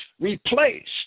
replaced